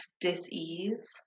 dis-ease